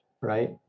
right